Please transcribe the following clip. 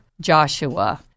Joshua